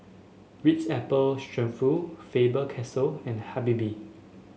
Ritz Apple Faber Castell and Habibie